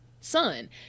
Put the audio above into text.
son